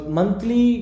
Monthly